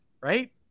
right